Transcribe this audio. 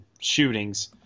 shootings